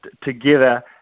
together